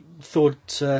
thought